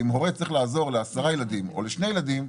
ואם הורה צריך לעזור לעשרה ילדים או לשני ילדים,